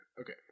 okay